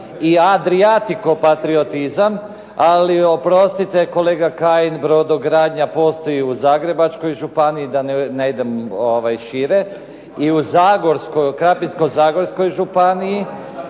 i adriatiko patriotizam, ali oprostite kolega Kajin brodogradnja postoji i u Zagrebačkoj županiji, da ne idem šire i u Krapinsko-zagorskoj županiji